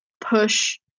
push